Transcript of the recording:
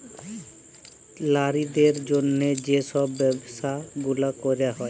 লারিদের জ্যনহে যে ছব ব্যবছা গুলা ক্যরা হ্যয়